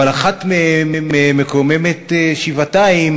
אבל אחת מהן מקוממת שבעתיים,